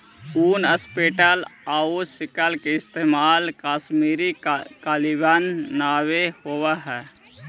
ऊन, स्टेपल आउ सिल्क के इस्तेमाल कश्मीरी कालीन बनावे में होवऽ हइ